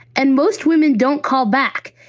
and most women don't call back.